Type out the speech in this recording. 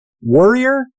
Warrior